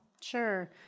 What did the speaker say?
Sure